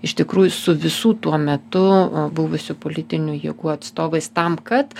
iš tikrųjų su visų tuo metu buvusių politinių jėgų atstovais tam kad